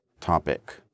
topic